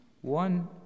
one